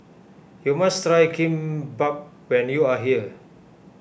you must try Kimbap when you are here